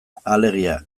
alegia